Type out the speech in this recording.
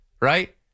right